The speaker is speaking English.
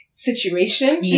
Situation